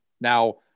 now